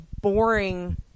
boring